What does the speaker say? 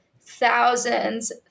thousands